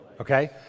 Okay